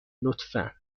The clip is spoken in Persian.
لطفا